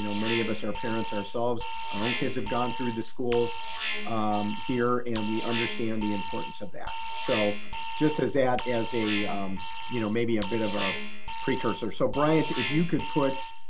you know many of us are parents ourselves, our own kids have gone through the schools here and we understand the importance of that. so just as add as a you know maybe a bit of a precursor. so bryant, if you could put